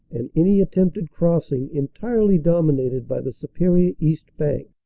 and any attempted crossing entirely dominated by the superior east bank.